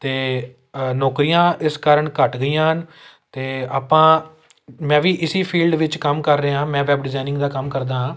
ਅਤੇ ਅ ਨੌਕਰੀਆਂ ਇਸ ਕਾਰਨ ਘੱਟ ਗਈਆਂ ਹਨ ਅਤੇ ਆਪਾਂ ਮੈਂ ਵੀ ਇਸੀ ਫੀਲਡ ਵਿੱਚ ਕੰਮ ਕਰ ਰਿਹਾ ਮੈਂ ਵੈਬ ਡਿਜਾਇਨਿੰਗ ਦਾ ਕੰਮ ਕਰਦਾ ਹਾਂ